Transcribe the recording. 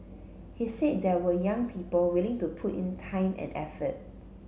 he said there were young people willing to put in time and effort